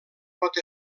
pot